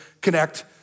connect